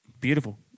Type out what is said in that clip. Beautiful